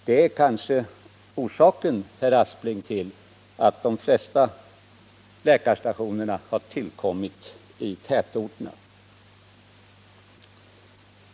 Detta kanske är orsaken, herr Aspling, till att de flesta läkarstationer har tillkommit i tätorterna.